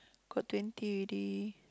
got twenty already